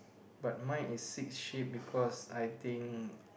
but mine is six ship because I think